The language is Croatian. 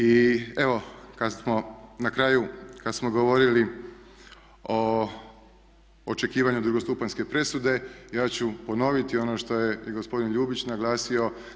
I evo kad smo na kraju kad smo govorili o očekivanju drugostupanjske presude ja ću ponoviti ono što je i gospodin Ljubić naglasio.